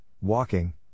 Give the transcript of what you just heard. walking